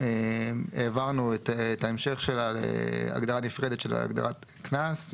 העברנו את ההמשך של הפסקה להגדרה נפרדת של הגדרת "קנס"